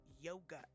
yoga